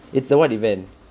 it's a what event